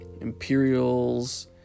Imperials